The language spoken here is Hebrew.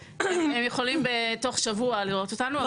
יכולים בתוך שבוע לראות אותנו.